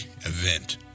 event